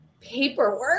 paperwork